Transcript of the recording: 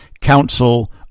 council